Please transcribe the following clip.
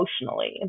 emotionally